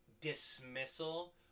dismissal